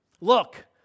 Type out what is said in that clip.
Look